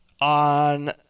On